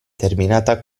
terminata